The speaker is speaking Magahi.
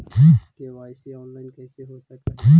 के.वाई.सी ऑनलाइन कैसे हो सक है?